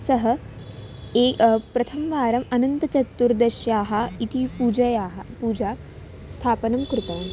सः एव प्रथमवारम् अनन्तचतुर्दशी इति पूजायाः पूजायाः स्थापनं कृतवान्